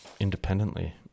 independently